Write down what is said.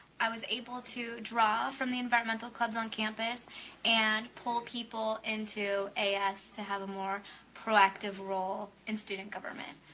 i was able to draw from the environmental clubs on campus and pull people into as to have a more proactive role in student government.